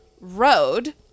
road